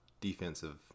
defensive